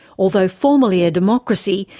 although formally a democracy,